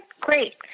great